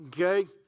Okay